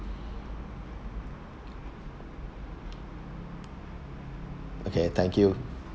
okay thank you